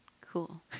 Cool